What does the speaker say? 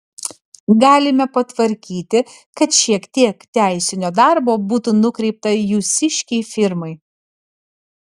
galime patvarkyti kad šiek tiek teisinio darbo būtų nukreipta jūsiškei firmai